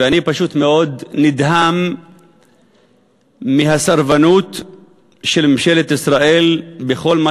ואני פשוט מאוד נדהם מהסרבנות של ממשלת ישראל בכל מה